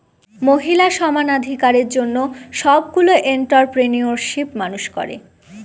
মহিলা সমানাধিকারের জন্য সবগুলো এন্ট্ররপ্রেনিউরশিপ মানুষ করে